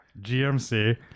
GMC